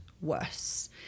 worse